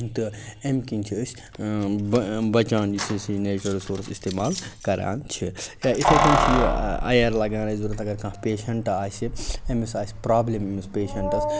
تہٕ اَمہِ کِنۍ چھِ أسۍ بَچان یُس اَسہِ یہِ نیچرل رِسورٕس استعمال کَران چھِ یا یِتھَے کَنۍ چھِ یہِ اَیر لَگان اَسہِ ضوٚرتھ اَگر کانٛہہ پیشنٛٹ آسہِ أَمِس اَسہِ پرٛابلِم أمِس پیشنٛٹَس